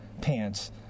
pants